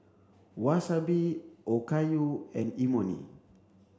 Wasabi Okayu and Imoni